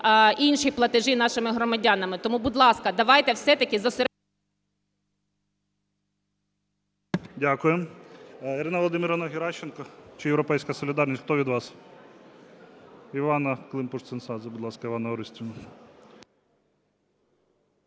інші платежі нашими громадянами. Тому, будь ласка, давайте все-таки зосередимося… ГОЛОВУЮЧИЙ. Дякую. Ірина Володимирівна Геращенко. Чи "Європейська солідарність", хто від вас? Іванна Климпуш-Цинцадзе. Будь ласка, Іванна Орестівна.